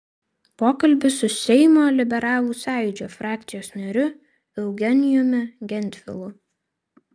pokalbis su seimo liberalų sąjūdžio frakcijos nariu eugenijumi gentvilu